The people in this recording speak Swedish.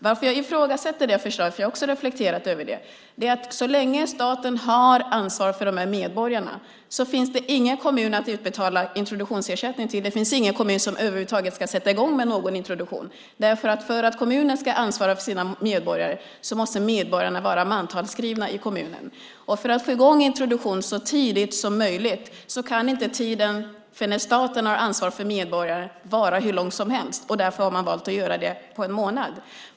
Jag har också reflekterat över det, men jag ifrågasätter det på grund av att så länge staten har ansvar för dessa medborgare finns det ingen kommun att utbetala introduktionsersättningen till. Det finns ingen kommun som över huvud taget kan sätta i gång med en introduktion. För att kommunerna ska ansvara för sina medborgare måste medborgarna vara mantalsskrivna i kommunen. För att få i gång introduktionen så tidigt som möjligt kan inte tiden som staten har ansvar för medborgare vara hur lång som helst. Därför har man valt att göra det under en månad.